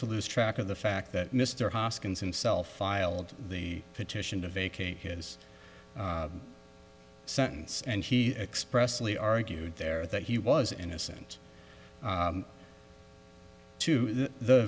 to lose track of the fact that mr hoskins himself filed the petition to vacate his sentence and he expressly argued there that he was innocent to the